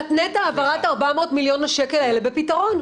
שנתנה את העברת 400 מיליון השקל האלה בפתרון.